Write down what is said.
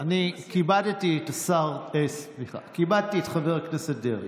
כיבדתי את חבר הכנסת דרעי.